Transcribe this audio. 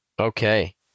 Okay